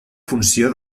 funció